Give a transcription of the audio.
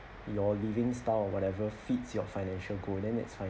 your living style or whatever fits your financial goal then it's fine